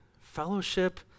Fellowship